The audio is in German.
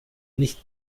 nicht